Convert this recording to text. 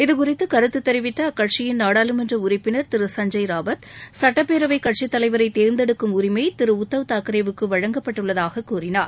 இதுகுறித்து கருத்து தெரிவித்த அக்கட்சியின் நாடாளுமன்ற உறுப்பினர் திரு சஞ்சய் ராவத் சட்டப்பேரவை கட்சி தலைவரர தேர்ந்தெடுக்கும் உரிமை திரு உத்தவ் தாக்கரேவுக்கு வழங்கப்பட்டுள்ளதாக கூறினார்